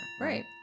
Right